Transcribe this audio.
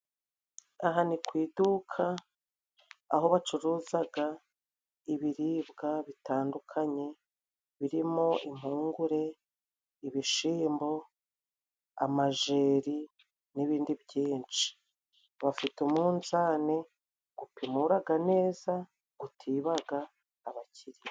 Aha ni ku iduka aho bacuruzaga ibiribwa bitandukanye birimo:" Impungure, ibishimbo, amajeri n'ibindi byinshi". Bafite umunzane gupimuraga neza gutibaga abakire.